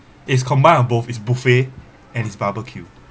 is combined of both is buffet and it's barbecue